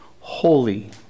holy